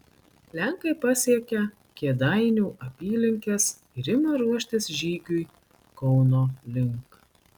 lenkai pasiekia kėdainių apylinkes ir ima ruoštis žygiui kauno link